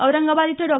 औरंगाबाद इथं डॉ